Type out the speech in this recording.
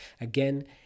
Again